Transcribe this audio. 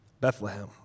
Bethlehem